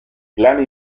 plan